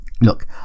look